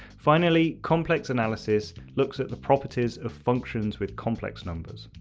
finally complex analysis looks at the properties of functions with complex numbers.